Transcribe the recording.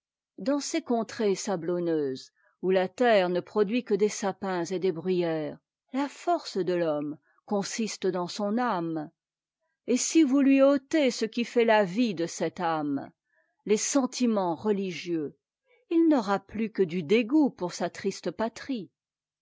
dans ces contrées sablonneuses où la terre ne produit que des sapins et des bruyères la force de l'homme consiste dans son âme et si vous lui ôtez ce qui fait ta vie de cette âme les sentiments religieux il n'aura plus que du dégoût pour sa triste patrie